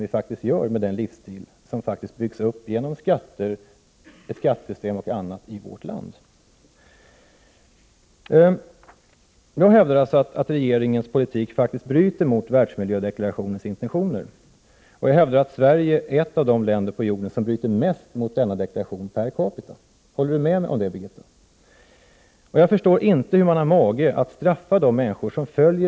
I deklarationen slås fast: ”Naturen skall respekteras och dess grundläggande processer inte skadas.” Trots detta bygger regeringen en motorväg på västkusten i Sveriges mest försurade område, tillåter ett lager för radioaktivt avfalli Öregrundsgrepen, trots uppenbara risker för sprickbildningar i berget etc., och tillåter en ökande bilism.